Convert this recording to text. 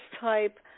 type